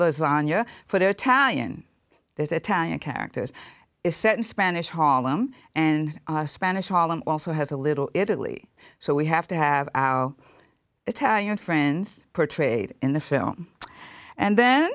lasagna for their talian there's a time and characters is set in spanish harlem and spanish harlem also has a little italy so we have to have italian friends portrayed in the film and then